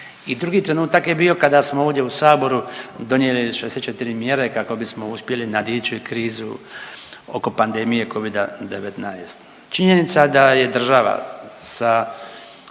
i drugi trenutak je bio kada smo ovdje u Saboru donijeli 64 mjere kako bismo uspjeli nadići krizu oko pandemije Covida-19. Činjenica da je država sa